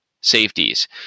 Safeties